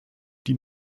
die